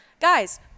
guys